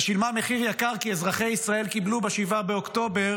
והיא שילמה מחיר יקר כי אזרחי ישראל קיבלו ב-7 באוקטובר